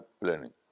planning